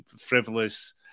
frivolous